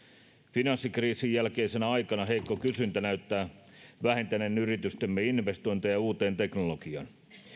finanssikriisin jälkeisenä aikana heikko kysyntä näyttää vähentäneen yritystemme investointeja uuteen teknologiaan